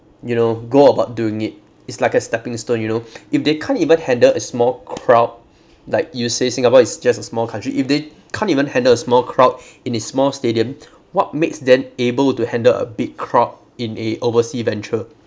you know go about doing it it's like a stepping stone you know if they can't even handle a small crowd like you say singapore is just a small country if they can't even handle a small crowd in a small stadium what makes them able to handle a big crowd in a oversea venture